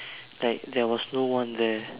like there was no one there